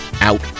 out